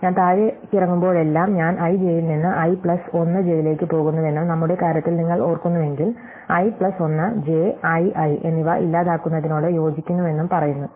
ഞാൻ താഴേക്കിറങ്ങുമ്പോഴെല്ലാം ഞാൻ i j ൽ നിന്ന് i പ്ലസ് 1 j ലേക്ക് പോകുന്നുവെന്നും നമ്മുടെ കാര്യത്തിൽ നിങ്ങൾ ഓർക്കുന്നുവെങ്കിൽ i plus 1 j i i എന്നിവ ഇല്ലാതാക്കുന്നതിനോട് യോജിക്കുന്നുവെന്നും പറയുന്നു